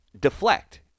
deflect